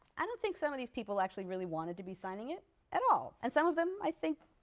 i don't think some of these people actually really wanted to be signing it at all. and some of them, i think,